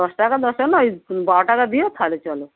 দশ টাকা দশ টাকা না হয় ওই বারো টাকা দিয়ো তাহলে চলো